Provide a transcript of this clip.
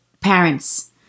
parents